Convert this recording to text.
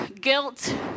guilt